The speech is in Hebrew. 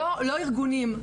לא ארגונים,